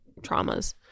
traumas